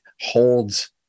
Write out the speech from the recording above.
holds